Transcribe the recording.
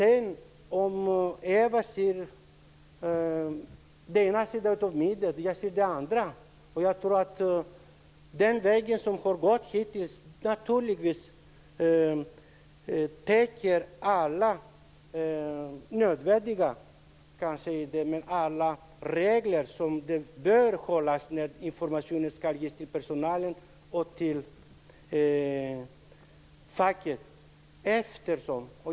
Ewa Larsson ser den ena sidan av myntet. Jag ser den andra. Jag tror att man med den väg som man har gått hittills följer alla regler som bör följas när information skall ges till personalen och facken.